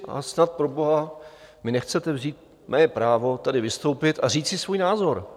Ale snad proboha mi nechcete vzít mé právo tady vystoupit a říci svůj názor?